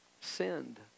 sinned